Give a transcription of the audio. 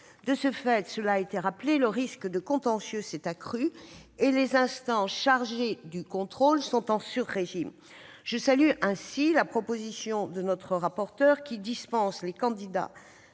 De ce fait- cela a été rappelé -, le risque de contentieux s'est accru, et les instances chargées du contrôle sont en surrégime. Je salue ainsi la proposition du rapporteur dispensant les candidats